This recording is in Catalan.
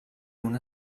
una